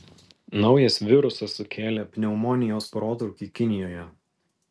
naujas virusas sukėlė pneumonijos protrūkį kinijoje